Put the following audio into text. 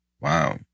Wow